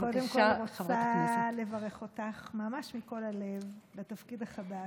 אני קודם כול רוצה לברך אותך ממש מכל הלב בתפקיד החדש.